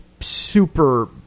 super